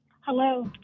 hello